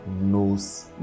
knows